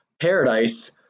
Paradise